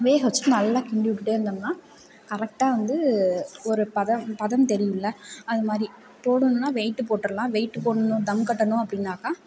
வேக வைச்சிட்டு நல்லா கிண்டி விட்டுட்டே இருந்தோம்னா கரெக்டாக வந்து ஒரு பதம் பதம் தெரியும்ல அதுமாரி போதும்னா வெயிட்டு போட்டுடலாம் வெயிட்டு போடணும் தம்கட்டணும் அப்படின்னாக்கா